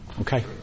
Okay